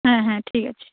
হ্যাঁ হ্যাঁ ঠিক আছে